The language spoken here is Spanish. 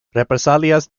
represalias